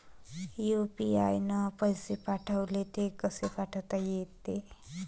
UPI न पैसे पाठवले, ते कसे पायता येते?